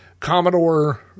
Commodore